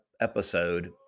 episode